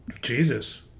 Jesus